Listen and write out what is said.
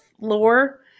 lore